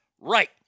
Right